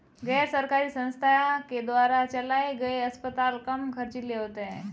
गैर सरकारी संस्थान के द्वारा चलाये गए अस्पताल कम ख़र्चीले होते हैं